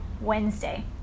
Wednesday